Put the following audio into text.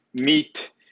meet